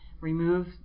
remove